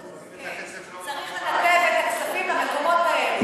צריך לנתב את הכספים למקומות האלה,